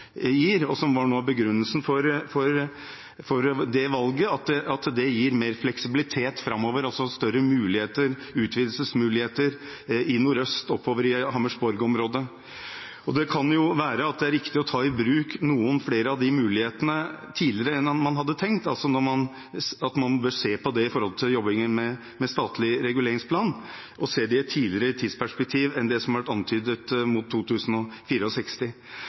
og som var noe av begrunnelsen for det valget: at det gir mer fleksibilitet framover, altså større utvidelsesmuligheter i nordøst, oppover i Hammersborg-området. Det kan jo være at det er riktig å ta i bruk noen flere av de mulighetene tidligere enn man hadde tenkt, at man bør se på det i sammenheng med jobbingen med statlig reguleringsplan, og se det i et tidligere tidsperspektiv enn det som har vært antydet – mot